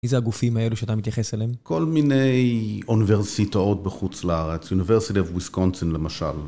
מי זה הגופים האלו שאתה מתייחס אליהם? כל מיני אוניברסיטאות בחוץ לארץ, אוניברסיטת וויסקונסין למשל.